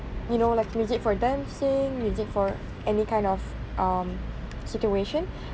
you know like music for dancing music for any kind of um situation